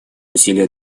усилия